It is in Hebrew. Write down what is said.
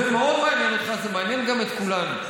זה מאוד מעניין אותך, זה מעניין גם את כולנו.